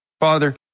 Father